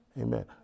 Amen